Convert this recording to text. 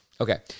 Okay